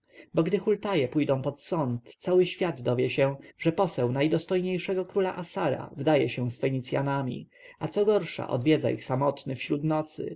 gdy hultaje pójdą pod sąd cały świat dowie się że poseł najdostojniejszego króla assara wdaje się z fenicjanami a co gorsza odwiedza ich samotny wśród nocy